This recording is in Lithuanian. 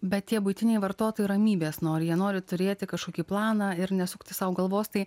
bet tie buitiniai vartotojai ramybės nori jie nori turėti kažkokį planą ir nesukti sau galvos tai